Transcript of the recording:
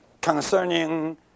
concerning